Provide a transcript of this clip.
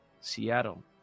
Seattle